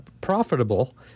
profitable